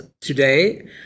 today